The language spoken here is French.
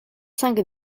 cinq